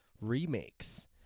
remakes